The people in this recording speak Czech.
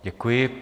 Děkuji.